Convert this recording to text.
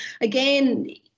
again